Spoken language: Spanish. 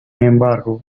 embargo